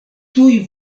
tuj